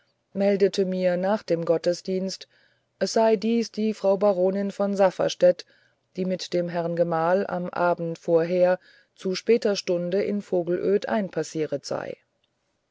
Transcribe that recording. meldete mir nach dem gottesdienst es sei dies die frau baronin von safferstätt die mit dem herrn gemahl am abend vorher zu später stunde in vogelöd einpassieret sei